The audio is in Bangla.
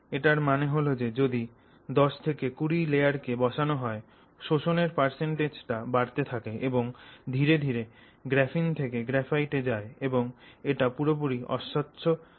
এটার মানে হল যে যদি 10 20 লেয়ার কে বসানো হয় শোষণ এর টা বাড়তে থাকে এবং ধীরে ধীরে গ্রাফিন থেকে গ্রাফাইটে যায় এবং এটা পুরোপুরি অস্বচ্ছ হয়ে যায়